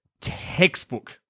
textbook